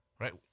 Right